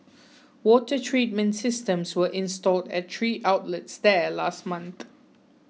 water treatment systems were installed at three outlets there last month